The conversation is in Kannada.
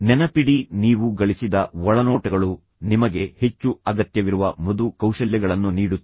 ನೆನಪಿಡಿ ನೀವು ಗಳಿಸಿದ ಒಳನೋಟಗಳು ನಿಮಗೆ ಹೆಚ್ಚು ಅಗತ್ಯವಿರುವ ಮೃದು ಕೌಶಲ್ಯಗಳನ್ನು ನೀಡುತ್ತವೆ